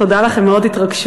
תודה לך, הם מאוד התרגשו.